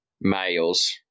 males